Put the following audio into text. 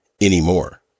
anymore